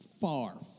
far